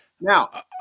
Now